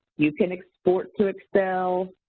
you can export to excel,